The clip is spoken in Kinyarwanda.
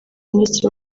minisitiri